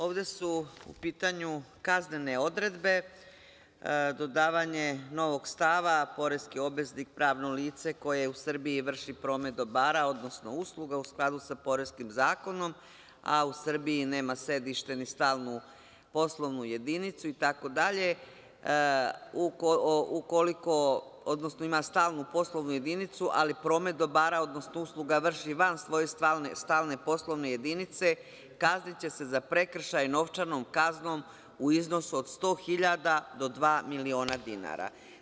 Ovde su u pitanju kaznene odredbe, dodavanje novog stava – poreski obveznik pravno lice koje u Srbiji vrši promet dobara odnosno usluga u skladu sa Poreskim zakonom, a u Srbiji nema sedište ni stalnu poslovnu jedinicu, itd, odnosno ima stalnu poslovnu jedinicu ali promet dobara odnosno usluga vrši van svoje stalne poslovne jedinice, kazniće se za prekršaj novčanom kaznom u iznosu od 100 hiljada do dva miliona dinara.